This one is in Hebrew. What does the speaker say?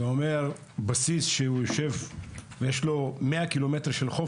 זה אומר שאם בסיס יש לו 100 ק"מ של חוף